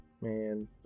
Man